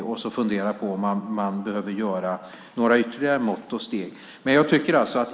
Utifrån det får man sedan fundera på om det behöver vidtas några ytterligare mått och steg.